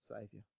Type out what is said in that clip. Savior